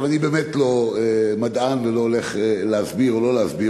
אני באמת לא מדען ולא הולך להסביר או לא להסביר.